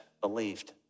believed